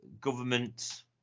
government